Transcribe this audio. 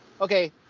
okay